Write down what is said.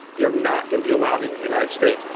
you're not going to be allowed in the united states.